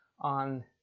on